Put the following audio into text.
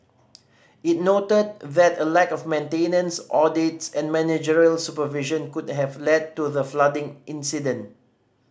it noted a lack of maintenance audits and managerial supervision could have led to the flooding incident